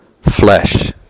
flesh